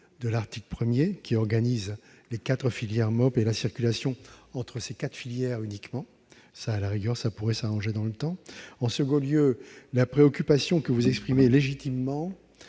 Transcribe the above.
de l'article 1, qui organise les quatre filières MMOP et la circulation entre ces quatre filières uniquement. On peut imaginer que cela peut s'arranger dans le temps ... Ensuite, la préoccupation que vous exprimez légitimement